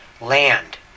land